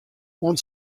oant